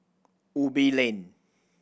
Ubi Link